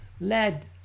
lead